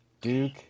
Duke